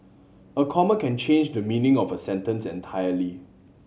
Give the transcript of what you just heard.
a comma can change the meaning of a sentence entirely